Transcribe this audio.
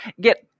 get